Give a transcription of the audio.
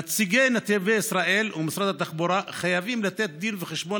נציגי נתיבי ישראל ומשרד התחבורה חייבים לתת דין וחשבון